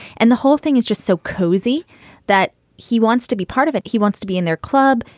and the whole thing is just so cozy that he wants to be part of it. he wants to be in their club.